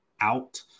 out